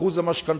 שאחת